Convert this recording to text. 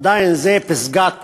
עדיין זה פסגת,